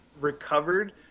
recovered